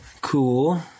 Cool